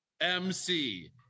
MC